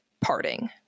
parting